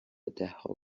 دهها